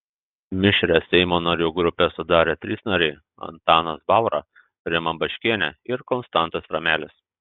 mišrią seimo narių grupę sudarė trys nariai antanas baura rima baškienė ir konstantas ramelis